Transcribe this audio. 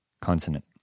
consonant